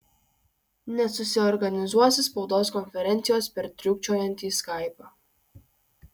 nesusiorganizuosi spaudos konferencijos per trūkčiojantį skaipą